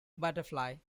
butterfly